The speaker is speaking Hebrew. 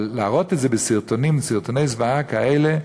אבל להראות את זה בסרטונים, סרטוני זוועה כאלה,